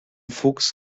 fuchs